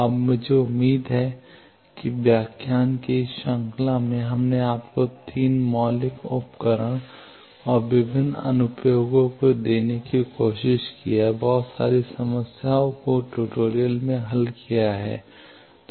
अब मुझे उम्मीद है कि व्याख्यान की इस श्रृंखला में हमने आपको 3 मौलिक उपकरण और विभिन्न अनुप्रयोगों को देने की कोशिश की है बहुत सारी समस्याओं को ट्यूटोरियल में हल किया गया है